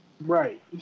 Right